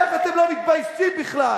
איך אתם לא מתביישים בכלל?